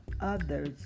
others